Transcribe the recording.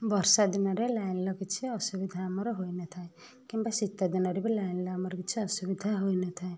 ବର୍ଷା ଦିନରେ ଲାଇନର କିଛି ଅସୁବିଧା ଆମର ହୋଇ ନଥାଏ କିମ୍ବା ଶୀତ ଦିନରେ ବି ଲାଇନର ଆମର କିଛି ଅସୁବିଧା ହୋଇ ନଥାଏ